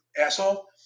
asshole